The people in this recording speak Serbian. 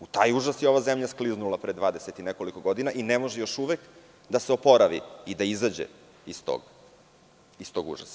U taj užas je ova zemlja skliznula pre dvadeset i nekoliko godina i ne može još uvek da se oporavi i da izađe iz tog užasa.